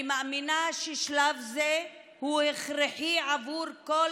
אני מאמינה ששלב זה הוא הכרחי עבור כל